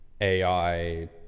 AI